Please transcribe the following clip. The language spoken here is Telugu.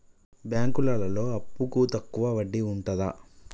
బ్యాంకులలో అప్పుకు తక్కువ వడ్డీ ఉంటదా?